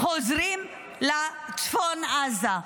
חוזרים לצפון עזה,